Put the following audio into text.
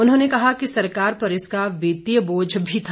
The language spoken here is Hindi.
उन्होंने कहा कि सरकार पर इसका वित्तीय बोझ भी था